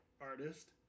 artist